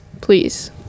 please